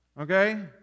Okay